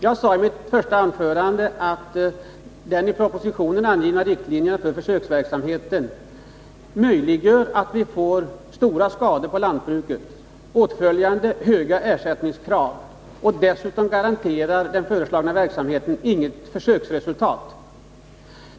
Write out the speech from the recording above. Jag sade i mitt första anförande att de i propositionen angivna riktlinjerna för försöksverksamheten möjliggör att det blir stora skador för lantbruket med åtföljande höga ersättningskrav. Dessutom garanterar inte den föreslagna verksamheten något försöksresultat.